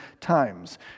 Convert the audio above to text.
times